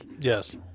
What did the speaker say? yes